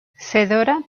fedora